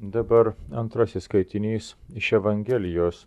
dabar antrasis skaitinys iš evangelijos